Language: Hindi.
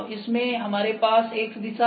इसमें हमारे पास X दिशा है